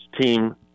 team